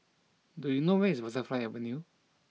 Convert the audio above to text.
do you know where is Butterfly Avenue